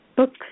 book